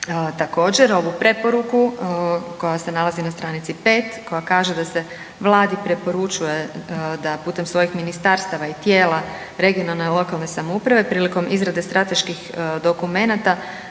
Također, ovu preporuku koja se nalazi na stranici 5 koja kaže da se Vladi preporučuje da preko svojih ministarstava i tijela regionalnih i lokalnih samouprave prilikom izrade strateških dokumenata